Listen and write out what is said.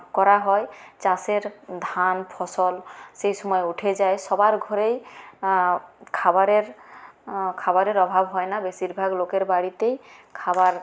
করা হয় চাষের ধান ফসল সেই সময় উঠে যায় সবার ঘরেই খাবারের খাবারের অভাব হয় না বেশিরভাগ লোকের বাড়িতেই খাবার